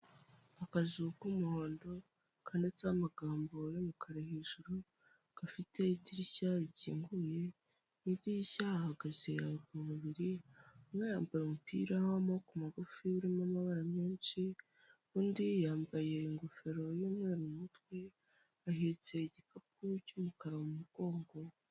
Akazu k'umuhondo kanditseho amagambo y'umukara hejuru, gafite idirishya rikinguye, mu idirishya hahagaze abagabo babiri, umwe yambaye umupira w'amaboko magufi urimo amabara menshi, undi yambaye ingofero y'umweru mu mutwe, ahetse igikapu cy'umukara mu mugongo.